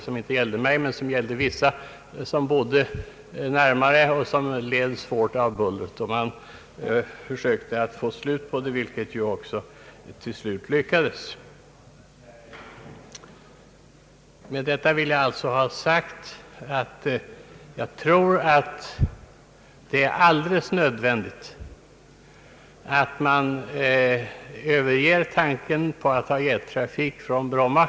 Det gällde visserligen inte mig själv men vissa andra, som bodde närmare och som led svårt av bullret. Man försökte få slut på trafiken, vilket också så småningom lyckades. Med detta vill jag ha sagt, att jag tror att det är alldeles nödvändigt att överge tanken på att ha jettrafik på Bromma.